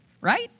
right